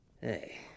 Hey